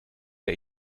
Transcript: der